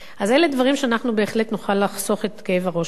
אז אלה דברים שאנחנו בהחלט נוכל לחסוך את כאב הראש מהם.